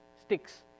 sticks